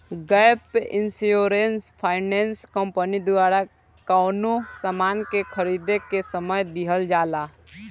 gap insurance finance company के द्वारा कवनो सामान के खरीदें के समय दीहल जाला